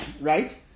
right